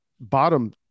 bottom